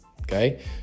okay